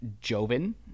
joven